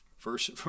First